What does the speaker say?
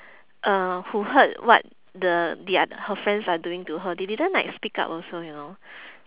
uh who heard what the their her friends are doing to her they didn't like speak up also you know